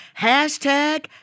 hashtag